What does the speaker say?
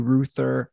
Ruther